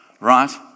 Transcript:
right